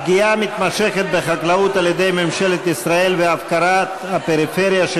הפגיעה המתמשכת בחקלאות על-ידי ממשלת ישראל והפקרת הפריפריה,